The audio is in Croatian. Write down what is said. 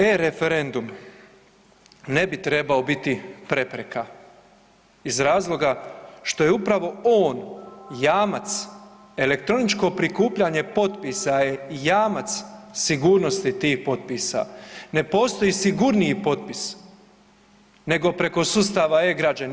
E-referendum ne bi trebao biti prepreka iz razloga što je upravo on jamac, elektroničko prikupljanje potpisa je jamac sigurnosti tih potpisa, ne postoji sigurniji potpis nego preko sustava e-građani.